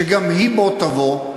שגם היא בוא תבוא,